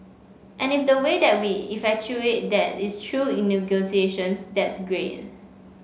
and if the way that we effectuate that is through negotiations that's great